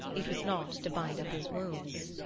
it was not to bind up his wounds.